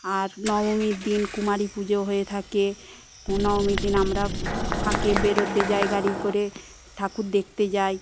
আর নবমীর দিন কুমারী পুজো হয়ে থাকে নবমীর দিন আমরা ফাঁকে বেরোতে যাই গাড়ি করে ঠাকুর দেখতে যাই